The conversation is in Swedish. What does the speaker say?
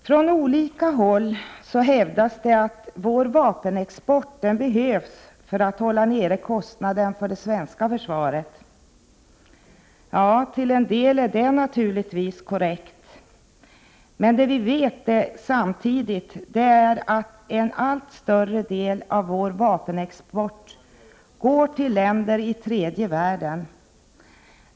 Från olika håll hävdas att vår vapenexport behövs för att hålla nere kostnaderna för det svenska försvaret. Till en del är det naturligtvis korrekt. Men vi vet samtidigt att en allt större del av vår vapenexport går till länder i tredje världen.